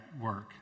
work